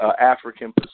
African